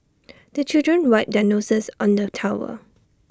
the children wipe their noses on the towel